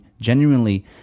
genuinely